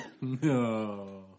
No